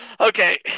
okay